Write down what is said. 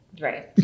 Right